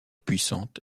puissante